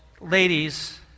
ladies